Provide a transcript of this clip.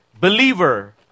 believer